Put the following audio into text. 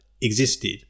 existed